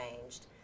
changed